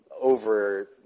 over